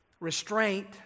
restraint